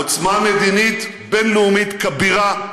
עוצמה מדינית בין-לאומית כבירה,